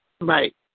Right